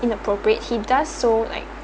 inappropriate he does so like